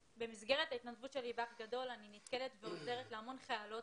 במסגרת ההתנדבות שלי בעמותת אח גדול אני נתקלת ועוזרת להמון חיילות,